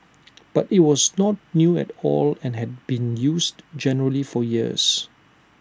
but IT was not new at all and had been used generally for years